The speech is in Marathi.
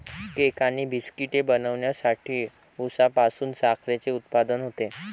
केक आणि बिस्किटे बनवण्यासाठी उसापासून साखरेचे उत्पादन होते